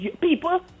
People